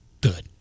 good